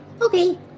Okay